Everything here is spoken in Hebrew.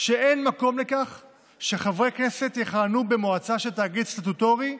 שאין מקום לכך שחברי כנסת יכהנו במועצה של תאגיד סטטוטורי,